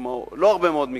לא הרבה מאוד מקרים,